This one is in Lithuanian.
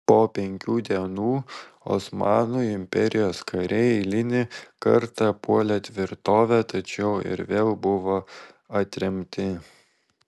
po penkių dienų osmanų imperijos kariai eilinį kartą puolė tvirtovę tačiau ir vėl buvo atremti